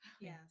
yes